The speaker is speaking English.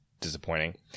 disappointing